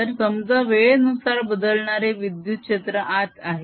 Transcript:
तर समजा वेळेनुसार बदलणारे विद्युत क्षेत्र आत आहे